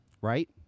right